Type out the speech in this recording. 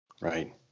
Right